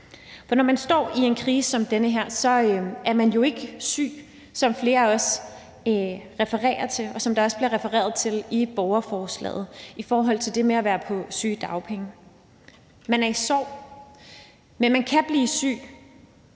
For når man står i en krise som den her, er man jo ikke syg, som flere andre også refererer til, og som der også bliver refereret til i borgerforslaget, i forhold til det med at være på sygedagpenge. Man er i sorg, men man kan risikere